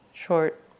short